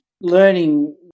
learning